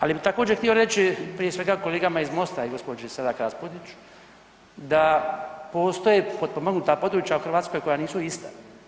Ali bi također htio reći prije svega kolegama iz Mosta i gđi. Selak Raspudić da postoje potpomognuta područja u Hrvatskoj koja nisu ista.